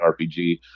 RPG